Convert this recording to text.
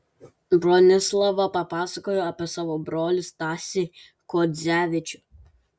bronislava papasakojo apie savo brolį stasį kuodzevičių